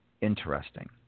interesting